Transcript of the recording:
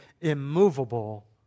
immovable